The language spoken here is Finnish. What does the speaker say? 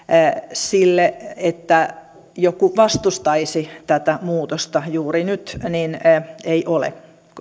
sille että joku vastustaisi tätä muutosta juuri nyt ei ole